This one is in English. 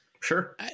Sure